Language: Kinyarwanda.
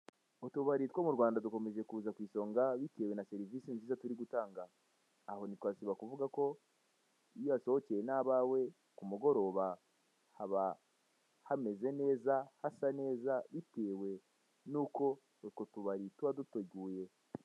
Utubari two mu Rwanda dukomeje kuza ku isonga bitewe na serivise nziza turi gutanga. Aho ntitwasiba kuvuga ko iyo uhasohokeye n'abawe ku mugoroba haba hameze neza, hasa neza, bitewe n'uko utwo tubari tuba duteguye.